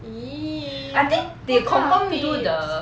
!ee! what kind of tips